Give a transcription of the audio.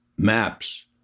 MAPS